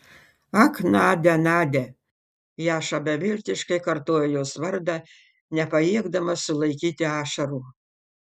ak nadia nadia jaša beviltiškai kartojo jos vardą nepajėgdamas sulaikyti ašarų